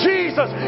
Jesus